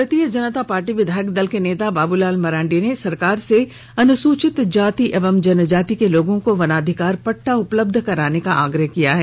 भारतीय जनता पार्टी विधायक दल के नेता बाबूलाल मरांडी ने सरकार से अनुसूचित जाति एवं जनजाति के लोगों को वनाधिकार पट्टा उपलब्ध कराने का आग्रह किया है